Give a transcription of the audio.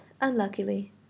unluckily